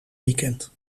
weekend